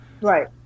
Right